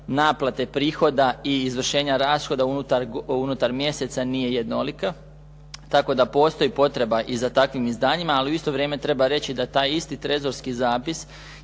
naplate prihoda i izvršenja rashoda unutar mjeseca nije jednolika, tako da postoji potreba i za takvim izdanjima. Ali u isto vrijeme treba reći da taj isti trezorski zapis